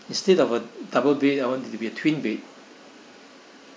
instead of a double bed I want it to be a twin bed